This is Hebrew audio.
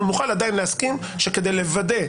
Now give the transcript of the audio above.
אנחנו נוכל עדיין להסכים שכדי לוודא,